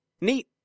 neat